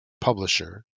publisher